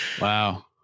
Wow